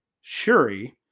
Shuri